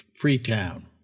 Freetown